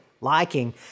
liking